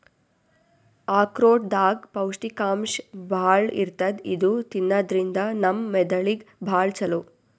ಆಕ್ರೋಟ್ ದಾಗ್ ಪೌಷ್ಟಿಕಾಂಶ್ ಭಾಳ್ ಇರ್ತದ್ ಇದು ತಿನ್ನದ್ರಿನ್ದ ನಮ್ ಮೆದಳಿಗ್ ಭಾಳ್ ಛಲೋ